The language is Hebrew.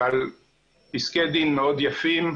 אבל פסקי דין מאוד יפים,